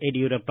Yediyurappa